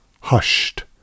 hushed